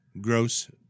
gross